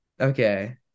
okay